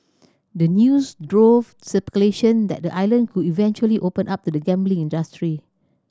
the news drove speculation that the island could eventually open up to the gambling industry